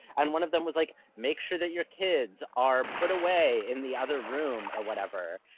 and one of them was like, make sure that your kids are put away in the other room or whatever.